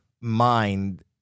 mind